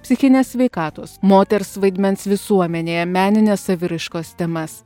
psichinės sveikatos moters vaidmens visuomenėje meninės saviraiškos temas